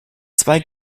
zwei